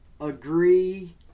agree